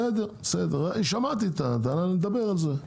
בסדר, שמעתי את הטענה, נדבר על זה.